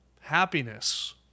happiness